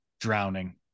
drowning